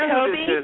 Toby